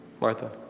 Martha